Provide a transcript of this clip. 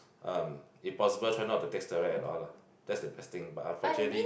um impossible try not take steroid at all lah that's the best thing but unfortunately